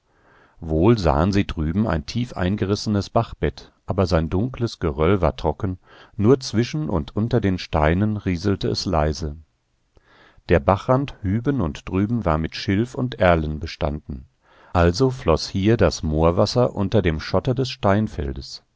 wohl sahen sie drüben ein tief eingerissenes bachbett aber sein dunkles geröll war trocken nur zwischen und unter den steinen rieselte es leise der bachrand hüben und drüben war mit schilf und erlen bestanden also floß hier das moorwasser unter dem schotter des